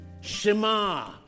Shema